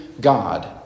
God